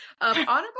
honorable